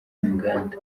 inganda